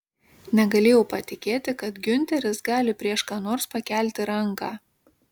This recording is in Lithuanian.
negalėjau patikėti kad giunteris gali prieš ką nors pakelti ranką